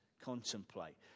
Contemplate